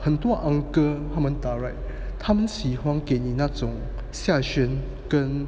很多 uncle 他们打 right 他们喜欢给你那种下旋跟